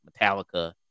Metallica